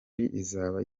izaba